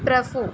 പ്രസു